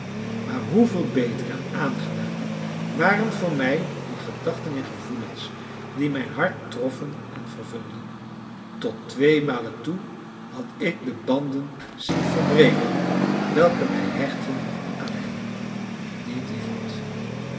maar hoeveel beter en aangenamer waren voor mij die gedachten en gevoelens die mijn hart troffen en vervulden tot twee malen toe had ik de banden zien verbreken welke mij hechtten aan hen die ik liefhad